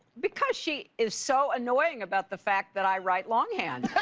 because she is so annoying about the fact that i write longhand.